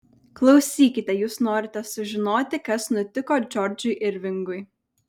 klausykite jūs norite sužinoti kas nutiko džordžui irvingui